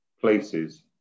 places